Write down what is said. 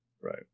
right